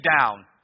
down